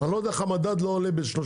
אני לא יודע איך המדד לא עולה ב-30%,